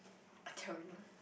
I tell you